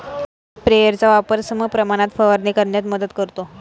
स्प्रेयरचा वापर समप्रमाणात फवारणी करण्यास मदत करतो